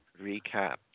recap